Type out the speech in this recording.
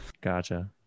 Gotcha